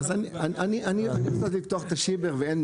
אז אני רוצה לפתוח את השיבר ואין,